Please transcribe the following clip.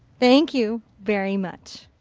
thank you very much.